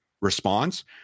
response